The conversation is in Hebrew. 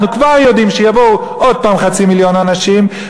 אנחנו כבר יודעים שיבואו עוד הפעם חצי מיליון אנשים,